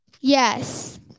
Yes